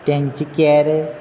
तांचे कॅर